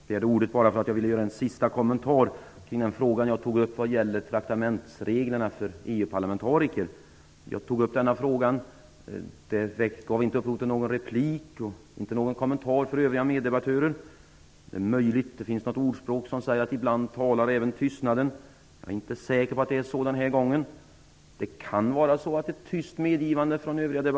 Herr talman! Jag vill göra en sista kommentar till frågan om traktamentsreglerna för EU parlamentariker. När jag tog upp den frågan gav det inte upphov till någon replik eller kommentar från övriga meddebattörer. Ibland säger man att en tystnad kan vara talande. Jag är inte säker på att det är så den här gången. Det kan vara så att övriga debattörer ger ett tyst medgivande.